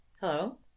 hello